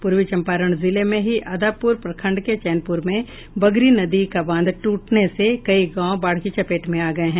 पूर्वी चंपारण जिले में ही आदापुर प्रखंड के चैनपुर में बगरी नदी का बांध टूटने से कई गांव बाढ़ की चपेट में आ गये हैं